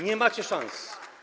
Nie macie szans.